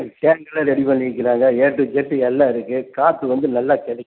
ஆ டேங்க்கெல்லாம் ரெடி பண்ணி வைக்கிறாங்க ஏ டு இசட் எல்லாம் இருக்குது காற்று வந்து நல்லா கிடைக்கும்